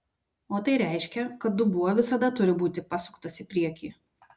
o tai reiškia kad dubuo visada turi būti pasuktas į priekį